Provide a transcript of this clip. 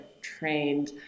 trained